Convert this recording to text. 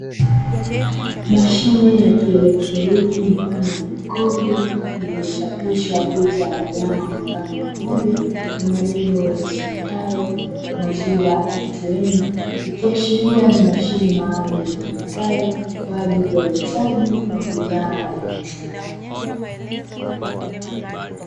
Mashine ya kielektroniki mfano wa jokofu, lililochapishwa picha ya mnyama mfano wa ng'ombe na maneno yasomekayo maziwa "ATM", ikiashiria ni mashine maalumu itumikayo kwa ajili ya uuzaji wa bidhaa ya maziwa.